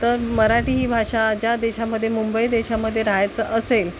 तर मराठी ही भाषा ज्या देशामध्ये मुंबई देशामध्ये राहायचं असेल